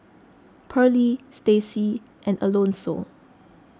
Pearly Staci and Alonso